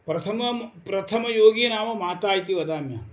प्रथमं प्रथमयोगी नाम माता इति वदाम्यहम्